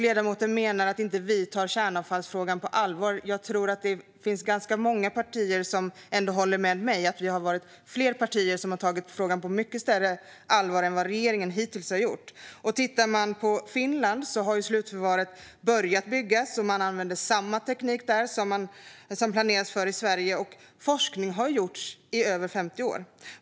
Ledamoten menar att vi inte tar kärnavfallsfrågan på allvar, men jag tror att det finns ganska många partier som håller med mig om att vi har varit fler partier som har tagit frågan på mycket större allvar än vad regeringen har gjort hittills. I Finland har slutförvar börjat byggas. Man använder sanna teknik där som det planeras för i Sverige. Forskning har bedrivits i över 50 år.